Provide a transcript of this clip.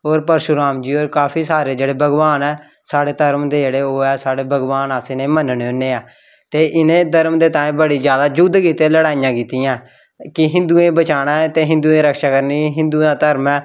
होर परशुराम जी होर काफी सारे जेह्ड़े भगवान ऐ साढ़े धरम दे जेह्ड़े ओह् ऐ साढ़े भगवान अस इ'नें गी मन्नने होन्ने ऐं ते इनें धरम दे ताईं बड़े जैदा जुद्ध कीते लड़ाइयां कीतियां कि हिंदुएं गी बचाना ऐ हिंदुएं दी रक्षा करनी कि हिंदुऐं दा धर्म ऐ